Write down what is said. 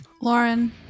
Lauren